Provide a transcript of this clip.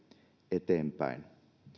eteenpäin